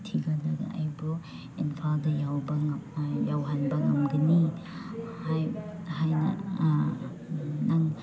ꯊꯤꯟꯒꯗꯒꯦ ꯑꯩꯕꯨ ꯏꯝꯐꯥꯜꯗ ꯌꯧꯕ ꯌꯧꯍꯟꯕ ꯉꯝꯒꯅꯤ ꯍꯥꯏꯅ ꯅꯪ